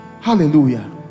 Hallelujah